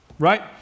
Right